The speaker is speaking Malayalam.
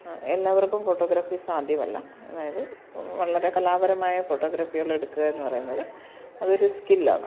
എല്ലാവർക്കും ഫോട്ടോഗ്രാഫി സാധ്യമല്ല അതായത് വളരെ കലാപരമായ ഫോട്ടോഗ്രാഫികളെടുക്കുക എന്ന് പറയുന്നത് അതൊരു സ്കില്ലാണ്